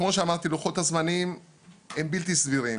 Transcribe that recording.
כמו שאמרתי, לוחות הזמנים הם בלתי סבירים.